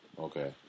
Okay